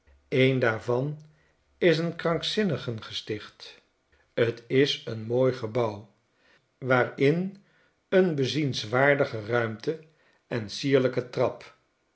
een daarvan is een krankzinnigengesticht t is een mooi gebouw waarin een bezienswaardige ruime en sierlijke trap